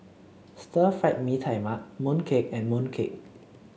Stir Fried Mee Tai Mak mooncake and mooncake